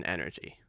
Energy